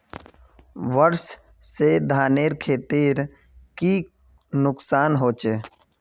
वर्षा से धानेर खेतीर की नुकसान होचे?